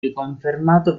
riconfermato